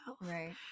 right